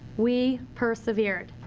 we persevered.